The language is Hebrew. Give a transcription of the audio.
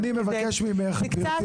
אז תראי, אני מבקש ממך גברתי.